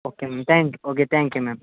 okay ma'am thank okay thank you ma'am